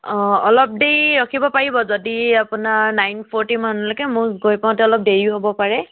অঁ অলপ দেৰি ৰখিব পাৰিব যদি আপোনাৰ নাইন ফৰ্টিমানলৈকে মোৰ গৈ পাওঁতে অলপ দেৰি হ'ব পাৰে